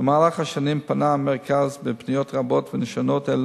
במהלך השנים פנה המרכז בפניות רבות ונשנות אל